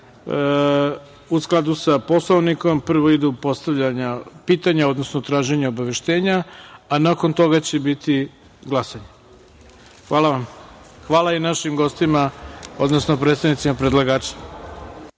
U skladu sa Poslovnikom, prvo ide postavljanje pitanja, odnosno traženje obaveštenja, a nakon toga će biti glasanje. Hvala vam. Hvala i našim gostima, odnosno predstavnicima predlagača.